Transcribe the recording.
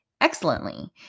excellently